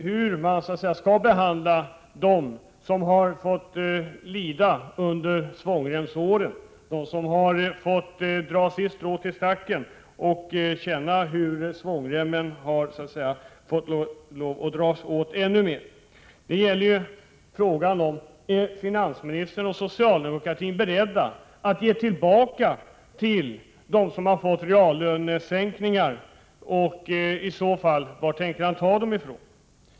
Hur skall man behandla dem som har fått lida under svångremsåren, som fått dra sitt strå till stacken och fått uppleva hur svångremmen fått dras åt ännu mera? Frågan är: Är finansministern och socialdemokraterna beredda att ge tillbaka till dem som fått reallönesänkningar, och i så fall varifrån tänker man ta pengarna?